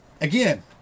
Again